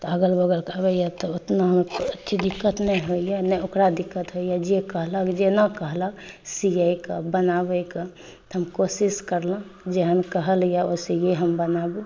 तऽ अगल बगलके आबै यऽ तऽ ओतना अथी दिक्कत नहि होइए ने ओकरा दिक्कत होइए जे कहलक जेना कहलक सियक बनाबयक तऽ हम कोशिश करलहुँ जहन कहल यऽ ओसइए हम बनाबू